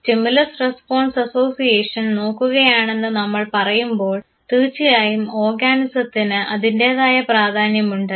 stimulus response association നോക്കുകയാണെന്ന് നമ്മൾ പറയുമ്പോൾ തീർച്ചയായും ഓർഗാനിസത്തിന് അതിൻറെതായ പ്രാധാന്യമുണ്ട്